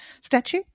statue